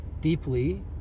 deeply